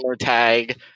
tag